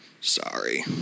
sorry